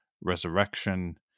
resurrection